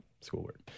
schoolwork